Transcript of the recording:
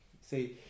say